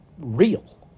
real